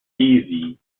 easy